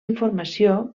informació